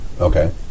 Okay